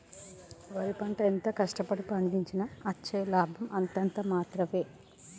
వరి పంట ఎంత కష్ట పడి పండించినా అచ్చే లాభం అంతంత మాత్రవే